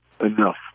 enough